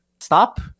stop